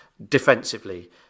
defensively